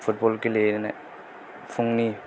football गेलेनो फुंनि